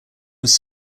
was